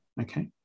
okay